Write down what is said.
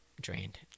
drained